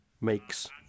makes